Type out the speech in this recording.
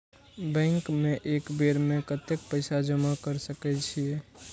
Bank में एक बेर में कतेक पैसा जमा कर सके छीये?